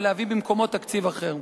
ולהביא במקומו תקציב אחר.